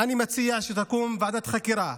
אני מציע שתקום ועדת חקירה,